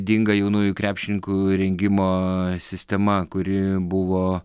ydinga jaunųjų krepšininkų rengimo sistema kuri buvo